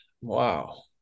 wow